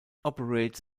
operates